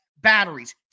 batteries